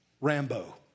Rambo